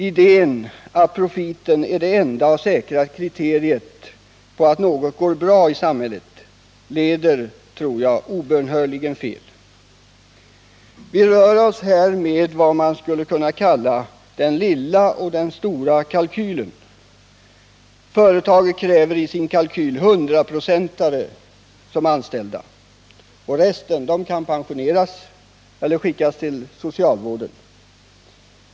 Idén att profiten är det enda säkra kriteriet på att det går bra i samhället tror jag obönhörligen leder fel. Vi har här att göra med vad man skulle kunna kalla den lilla och den stora kalkylen. Företaget kräver i sin kalkyl — den lilla kalkylen — att de anställda skall vara ”hundraprocentare”; resten kan pensioneras eller skickas till socialvården.